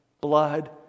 blood